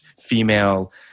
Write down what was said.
female